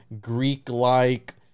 Greek-like